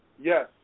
Yes